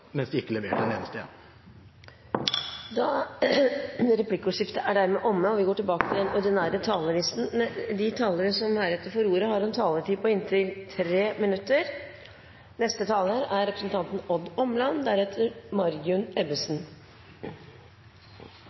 mens de ikke leverte en eneste en. Replikkordskiftet er dermed omme. De talerne som heretter får ordet, har en taletid på inntil 3 minutter. En er enige om at tilstrekkelig fengselskapasitet er